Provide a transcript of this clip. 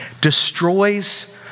destroys